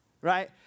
right